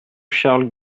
charles